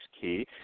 key